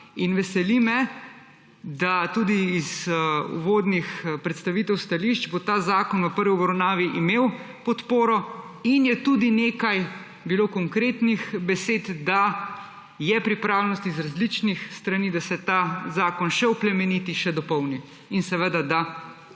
Veseli me, da tudi iz uvodnih predstavitev stališč bo ta zakon v prvi obravnavi imel podporo in je tudi nekaj bilo konkretnih besed, da je pripravljenost z različnih strani, da se ta zakon še oplemeniti, še dopolni in seveda, da